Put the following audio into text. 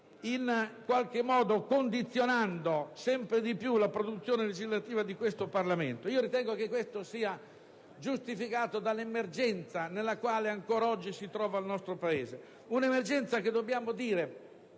che decide e condiziona sempre di più la produzione legislativa di questo Parlamento. Ritengo che questo sia giustificato dall'emergenza nella quale ancor oggi si trova il nostro Paese: un'emergenza che - dobbiamo